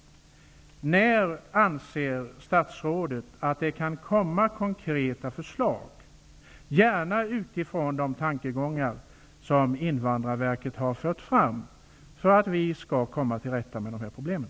När anser statsrådet att det kan komma konkreta förslag, gärna utifrån de tankegångar som Invandrarverket har fört fram, för att komma till rätta med problemen?